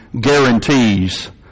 guarantees